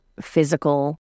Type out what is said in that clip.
physical